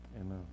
Amen